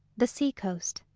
the sea-coast.